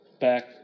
back